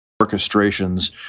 orchestrations